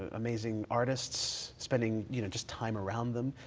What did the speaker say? ah amazing artists, spending you know just time around them,